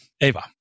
Eva